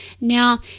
now